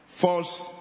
false